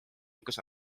õigus